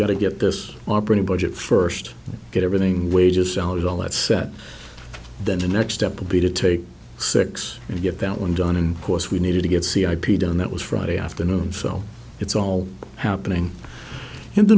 got to get this operating budget first get everything wages salaries all that set then the next step will be to take six and get that one done in course we needed to get c ip done that was friday afternoon so it's all happening in